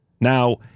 Now